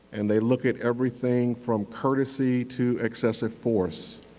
and they look at everything from courtesy to excessive force.